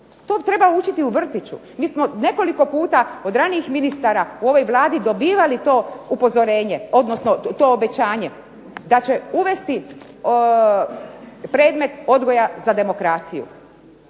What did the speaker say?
To treba učiti u vrtiću. Mi smo nekoliko puta od ranijih ministara u ovoj Vladi dobivali to upozorenje, odnosno to obećanje, da će uvesti predmet odgoja za demokraciju.